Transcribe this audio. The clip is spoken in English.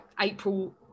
April